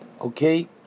okay